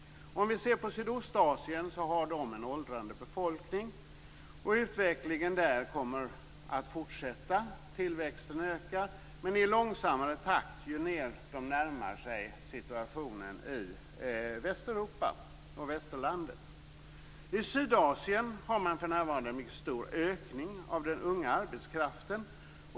I Sydostasien har man en åldrande befolkning. Utvecklingen där kommer att fortsätta, tillväxten att öka, men i långsammare takt ju mer de närmar sig situationen i Västeuropa och västerlandet. I Sydasien har man för närvarande en mycket stor ökning av den unga arbetskraften.